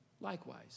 likewise